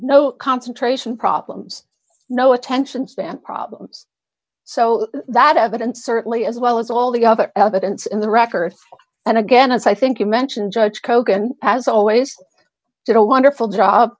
no concentration problems no attention span problems so that evidence certainly as well as all the other evidence in the record and again as i think you mentioned judge kogan as always did a wonderful job